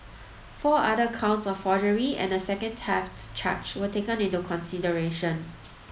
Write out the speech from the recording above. four other counts of forgery and a second theft charge were taken into consideration